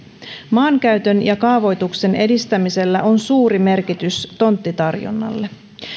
maankäytön ja kaavoituksen edistämisellä on suuri merkitys tonttitarjonnalle